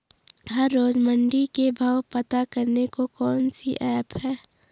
हर रोज़ मंडी के भाव पता करने को कौन सी ऐप है?